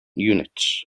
units